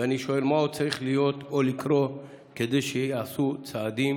ואני שואל מה עוד צריך להיות או לקרות כדי שייעשו צעדים